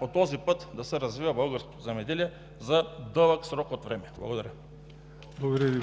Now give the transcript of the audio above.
по този път да се развива българското земеделие за дълъг период от време. Благодаря